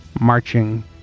Marching